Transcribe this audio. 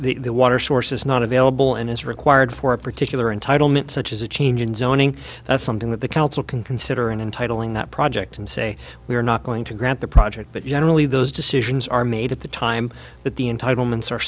if the water source is not available and is required for a particular entitle meant such as a change in zoning that's something that the council can consider and entitling that project and say we are not going to grant the project but generally those decisions are made at the time that the entitlements